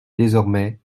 désormais